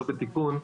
לא בתיקון,